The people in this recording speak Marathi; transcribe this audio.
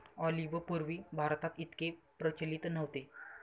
ऑलिव्ह पूर्वी भारतात इतके प्रचलित नव्हते